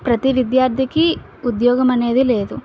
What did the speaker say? ప్రతి విద్యార్థికి ఉద్యోగం అనేది లేదు